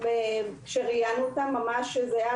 עת ראיינו אותם, זה היה